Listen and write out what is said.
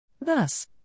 Thus